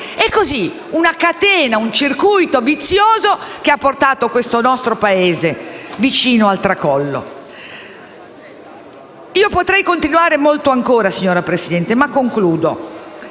genera una catena, un circuito vizioso che ha portato il nostro Paese vicino al tracollo. Potrei continuare per molto ancora, signora Presidente, ma concludo,